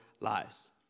lies